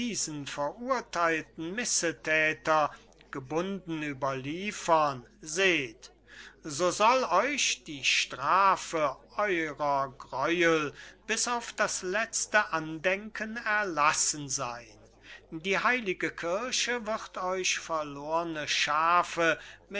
verurtheilten missethäter gebunden überliefern seht so soll euch die strafe eurer greuel bis auf das letzte andenken erlassen seyn die heilige kirche wird euch verlorne schafe